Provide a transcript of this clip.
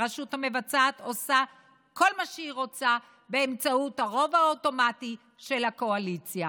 הרשות המבצעת עושה כל מה שהיא רוצה באמצעות הרוב האוטומטי של הקואליציה.